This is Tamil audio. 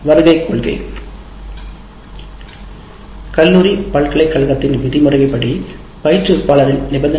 பல்கலைக்கழகத்தின் படி குறைந்தபட்ச வருகை தேவை விதிமுறைகள் மற்றும் பயிற்றுவிப்பாளரின் நிபந்தனைகள்